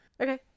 okay